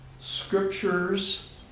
scriptures